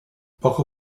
poco